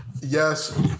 Yes